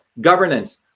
Governance